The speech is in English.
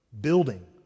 building